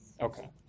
Okay